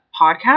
podcast